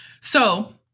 So-